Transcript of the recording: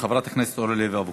חברת הכנסת אורלי לוי אבקסיס,